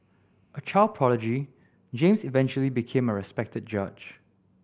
a child prodigy James eventually became a respected judge